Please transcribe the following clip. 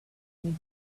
need